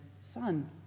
son